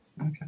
Okay